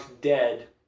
dead